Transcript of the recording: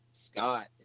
Scott